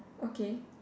okay